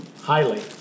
Highly